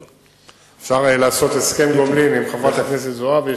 אפשר לעשות הסכם גומלין עם חברת הכנסת זועבי,